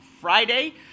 Friday